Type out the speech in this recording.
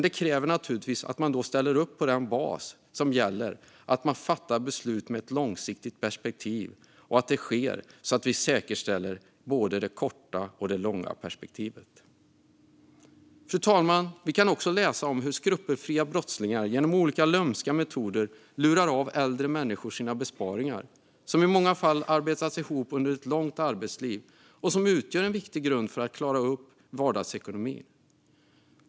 Det kräver naturligtvis att man ställer upp på den bas som gäller, det vill säga att beslut fattas med ett långsiktigt perspektiv och att det sker så att vi säkerställer både det korta och det långa perspektivet. Fru talman! Vi kan också läsa om hur skrupelfria brottslingar genom olika lömska metoder lurar av äldre människor deras besparingar, som i många fall har arbetats ihop under ett långt arbetsliv och utgör en viktig grund för att klara vardagsekonomin.